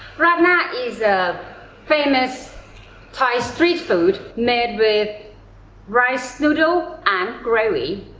rad na is a famous thai street food made with rice noodles and gravy.